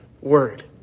word